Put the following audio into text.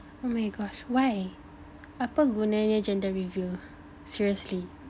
oh my gosh why apa gunanya gender reveal seriously